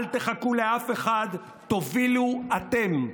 אל תחכו לאף אחד, תובילו אתם.